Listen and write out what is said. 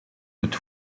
het